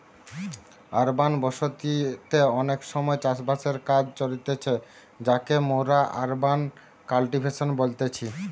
urban বসতি তে অনেক সময় চাষ বাসের কাজ চলতিছে যাকে মোরা আরবান কাল্টিভেশন বলতেছি